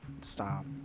Stop